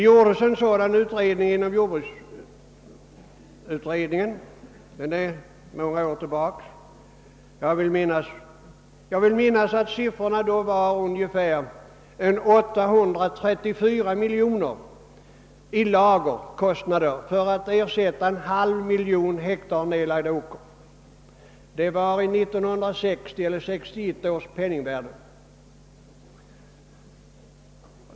Jordbruksutredningen gjorde en undersökning härav för några år sedan. Jag vill minnas att siffrorna var ungefär 834 miljoner kronor i lagerkostnader för att ersätta en halv miljon hektar nedlagd åker — räknat i 1960 eller 1961 års penningvärde.